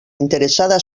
interessada